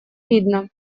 видно